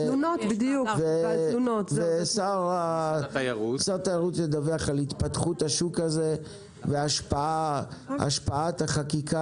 שר התיירות ידווח על התפתחות השוק והשפעת החקיקה